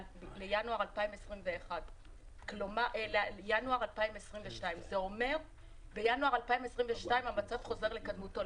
לינואר 2022. זה אומר שבינואר 2022 המצב חוזר לקדמותו,